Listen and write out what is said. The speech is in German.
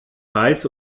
heiß